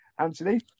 Anthony